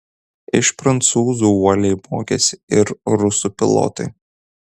iš prancūzų uoliai mokėsi ir rusų pilotai